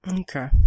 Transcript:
Okay